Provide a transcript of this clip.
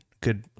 good